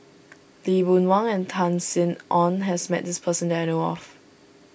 Lee Boon Wang and Tan Sin Aun has met this person that I know of